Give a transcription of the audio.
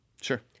Sure